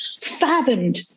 fathomed